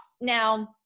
Now